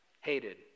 hated